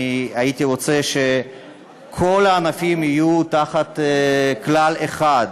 אני הייתי רוצה שכל הענפים יהיו תחת כלל אחד,